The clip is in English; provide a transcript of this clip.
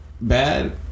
bad